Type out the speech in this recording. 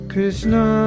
Krishna